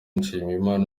nshimiyimana